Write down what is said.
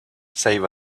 save